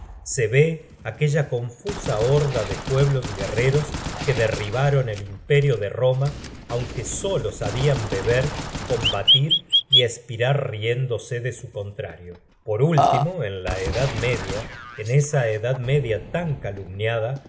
se ve aquella confusa horda de pueblos guerreros que derribaron el imperio de roma aunque solo sabian beber combatir y espirar riéndose de su contrario por último en la edad media en esa edad media tan calumniada